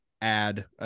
add